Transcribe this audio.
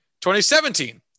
2017